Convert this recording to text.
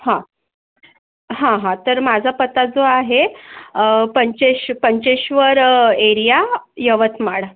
हं हं हं तर माझा पत्ता जो आहे अं पंचश्व पंचेश्वर एरिया यवतमाळ